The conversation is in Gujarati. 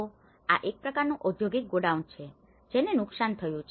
તો હવે આ એક પ્રકારનું ઔદ્યોગિક ગોડાઉન છે જેને નુકસાન થયું છે